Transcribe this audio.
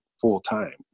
full-time